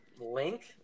link